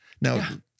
Now